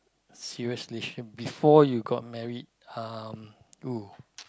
seriously before you got married um oo